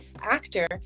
actor